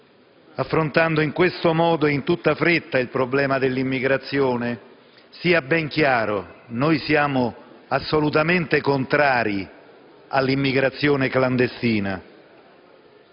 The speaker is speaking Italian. affrontando in questo modo e in tutta fretta il problema dell'immigrazione? Sia ben chiaro: noi siamo assolutamente contrari all'immigrazione clandestina,